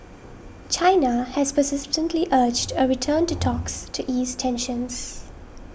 China has persistently urged a return to talks to ease tensions